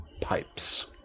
pipes